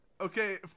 okay